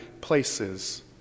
places